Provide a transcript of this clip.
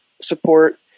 support